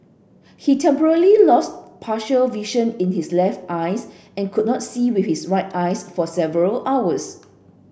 he temporarily lost partial vision in his left eyes and could not see with his right eyes for several hours